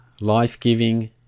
life-giving